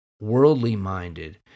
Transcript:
worldly-minded